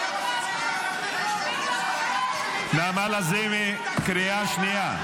9. נעמה לזימי, קריאה שנייה.